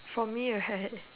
for me right